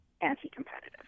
anti-competitive